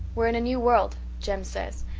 we're in a new world jem says,